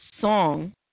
song